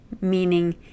meaning